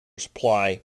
supply